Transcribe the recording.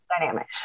dynamic